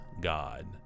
god